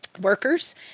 workers